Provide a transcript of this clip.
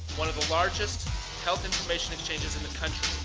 one of the largest health information exchanges in the country.